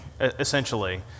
essentially